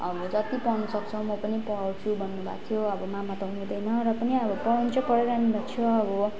अब जति पढ्नु सक्छौ म पनि पढाउँछु भन्नु भएको थियो अब मामा त हुनुहुँदैन र पनि अब पढाउनु चाहिँ पढाइरहनु भएको छ अब